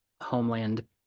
Homeland